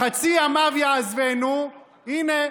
בחצי ימיו יעזבנו, הינה,